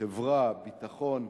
חברה, ביטחון,